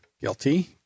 Guilty